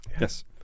Yes